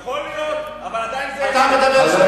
יכול להיות, אבל עדיין זו אמת.